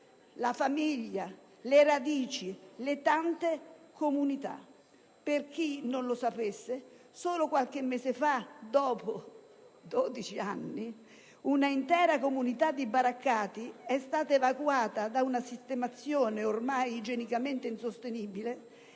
la famiglia, le radici, le tante comunità presenti sul territorio. Per chi non lo sapesse, solo qualche mese fa, dopo 12 anni, un'intera comunità di baraccati è stata evacuata da una sistemazione ormai igienicamente insostenibile